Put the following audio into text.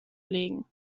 legen